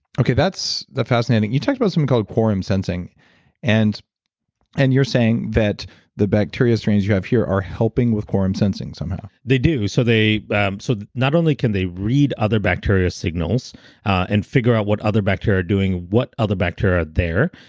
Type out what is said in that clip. okay. that's the fascinating. you talked about something called quorum sensing and and you're saying that the bacteria strains you have here are helping with quorum sensing, somehow they do. so so not only can they read other bacteria signals and figure out what other bacteria are doing, what other bacteria are there,